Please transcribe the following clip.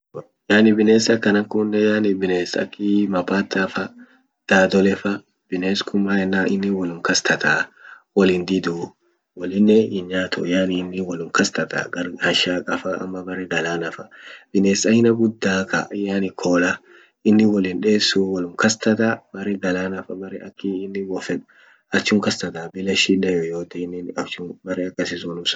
Yani bines akan kunne yani bines akii mapatafa ,dadolefa bines kun man yenan inin wolum kas tataa wolindiduu wolinen hinyatuu yani inin wolum kas tataa gar hashakafa ama bere galana fa bines aina guda ka yani kola inin wolin desu wolum kas tataa bere galana fa bere akii inin wofed achum kas tataa bila shida yoyote inin achum bere akasi sun unum savaivaa.